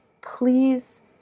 please